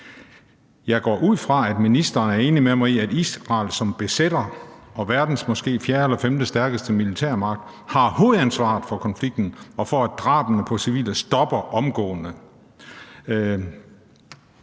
Jeg går ud fra, at ministeren er enig med mig i, at Israel som besætter og verdens måske fjerde eller femte stærkeste militærmagt har hovedansvaret for konflikten og for, at drabene på civile stopper omgående.